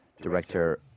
director